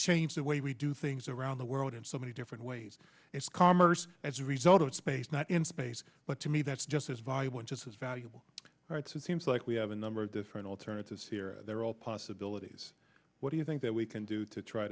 change the way we do things around the world in so many different ways it's commerce as a result of space not in space but to me that's just as valuable and just as valuable it's it seems like we have a number of different alternatives here they're all possibilities what do you think that we can do to try